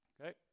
Okay